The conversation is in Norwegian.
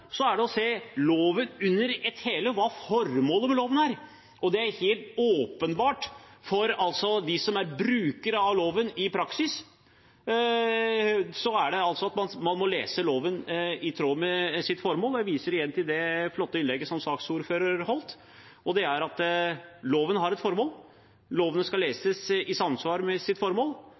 er det å se loven under ett – hva formålet med loven er. Og det er helt åpenbart for dem som er brukere av loven i praksis, at man må lese loven i tråd med sitt formål. Jeg viser igjen til det flotte innlegget som saksordføreren holdt: Loven har et formål, og loven skal leses i samsvar med sitt formål.